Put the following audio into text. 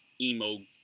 emo